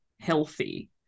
healthy